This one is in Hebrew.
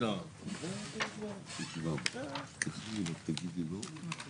עלה שהם מעדיפים לא להשתמש במנגנון,